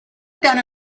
done